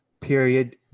period